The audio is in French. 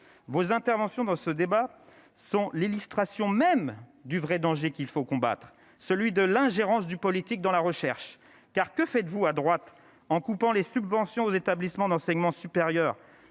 vos interventions dans ce débat sont les lustrations même du vrai danger qu'il faut combattre, celui de l'ingérence du politique dans la recherche car, que faites-vous à droite, en coupant les subventions aux établissements d'enseignement supérieur,